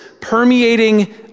permeating